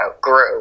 grew